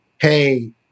Hey